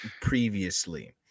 previously